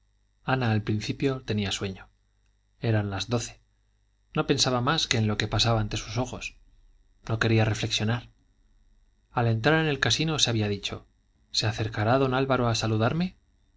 ana al principio tenía sueño eran las doce no pensaba más que en lo que pasaba ante sus ojos no quería reflexionar al entrar en el casino se había dicho se acercará don álvaro a saludarme